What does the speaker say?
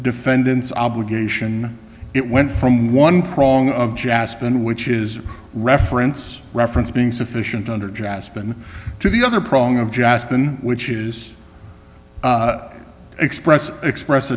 defendant's obligation it went from one prong of jasper in which is reference reference being sufficient under jaspin to the other prong of jaspin which is express express